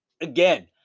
Again